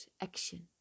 action